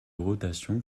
rotation